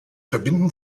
verbinden